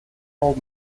old